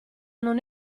non